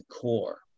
core